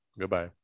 Goodbye